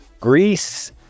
Greece